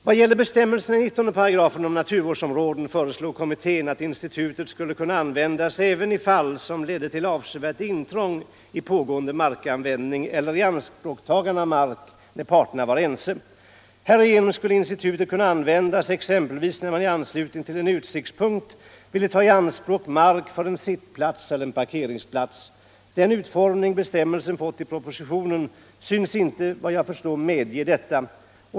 Vad gäller bestämmelsen i 19 § om naturvårdsområde föreslog kommittén att institutet skulle kunna användas även i fall som ledde till avsevärt intrång i pågående markanvändning eller ianspråktagande av mark, när parterna var ense. Härigenom skulle institutet kunna användas exempelvis när man i anslutning till en utsiktspunkt ville ta i anspråk mark för sittplats eller en parkeringsplats. Den utformning bestämmelsen fått i propositionen synes inte medge detta.